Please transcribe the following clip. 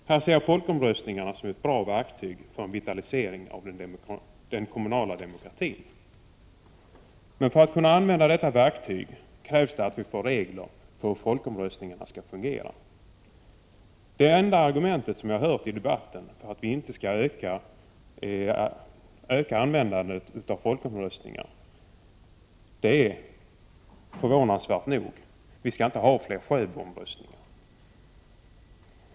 Här ser jag folkomröstningarna som ett bra verktyg för en vitalisering av den kommunala demokratin. För att kunna använda detta verktyg krävs att vi får regler för hur folkomröstningarna skall fungera. Det enda argument som jag har hört i debatten för att vi inte skall använda folkomröstningar mer är, förvånansvärt nog, att man inte vill ha fler Sjöbo-omröstningar.